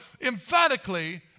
emphatically